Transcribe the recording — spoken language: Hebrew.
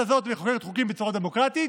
הזאת מחוקקת חוקים בצורה דמוקרטית,